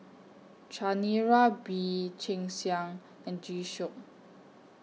Chanira Bee Cheng Xiang and G Shock